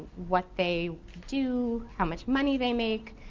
what they do, how much money they make?